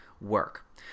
work